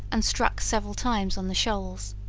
and struck several times on the shoals.